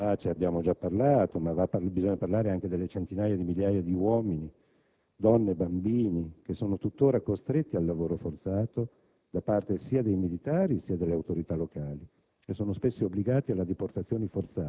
Del Nobel per la pace abbiamo già parlato, ma bisogna parlare anche delle centinaia di migliaia di uomini, donne e bambini tuttora costretti al lavoro forzato da parte sia dei militari che delle autorità locali,